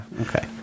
Okay